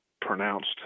pronounced